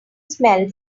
smell